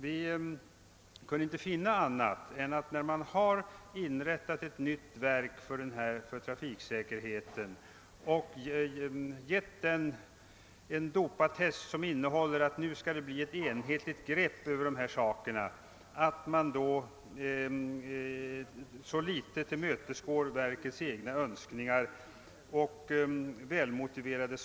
Vi har inte kunnat finna annat än att fastän man har inrättat ett nytt verk för trafiksäkerheten och givit verket en dopattest som går ut på att det skall bli ett enhetligt grepp över trafiksäkerheten, så har man i mycket ringa grad tillmötesgått verkets egna önskningar, fastän dessa varit välmotiverade.